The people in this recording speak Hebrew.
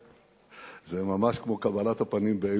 זה ממש כמו קבלת הפנים באיפא"ק.